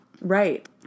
Right